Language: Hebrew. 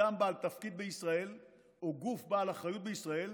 אדם בעל תפקיד בישראל או גוף בעל אחריות בישראל,